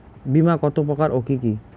বীমা কত প্রকার ও কি কি?